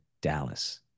Dallas